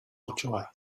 ochoa